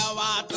ah la but